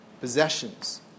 possessions